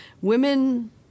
Women